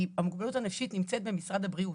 כי המוגבלות הנפשית נמצאת במשרד הבריאות.